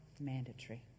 mandatory